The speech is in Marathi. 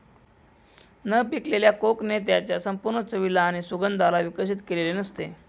न पिकलेल्या कोकणे त्याच्या संपूर्ण चवीला आणि सुगंधाला विकसित केलेले नसते